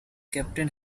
captain